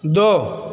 दो